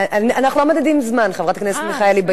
אנחנו לא מודדים זמן, חברת הכנסת מיכאלי.